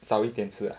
早一点吃 ah